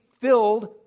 filled